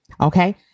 Okay